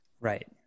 Right